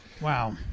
Wow